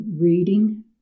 reading